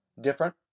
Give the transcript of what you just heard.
different